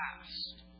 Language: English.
past